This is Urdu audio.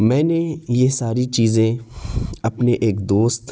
میں نے یہ ساری چیزیں اپنے ایک دوست